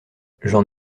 j’en